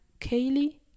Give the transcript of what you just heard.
Kaylee